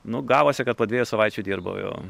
nu gavosi kad po dviejų savaičių dirbau jau